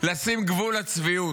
לשים גבול לצביעות.